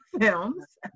films